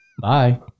Bye